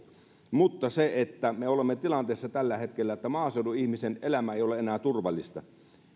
mutta me olemme tilanteessa tällä hetkellä että maaseudun ihmisen elämä ei ole enää turvallista